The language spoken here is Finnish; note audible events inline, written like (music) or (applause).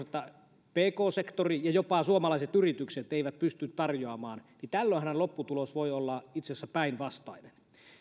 (unintelligible) että pk sektori ja jopa suomalaiset yritykset eivät pysty tarjoamaan niin tällöinhän lopputulos voi olla itse asiassa päinvastainen